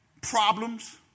problems